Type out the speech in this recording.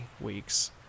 weeks